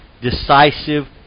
decisive